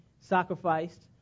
sacrificed